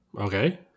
Okay